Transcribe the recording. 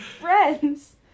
friends